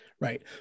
right